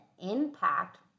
impact